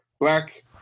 black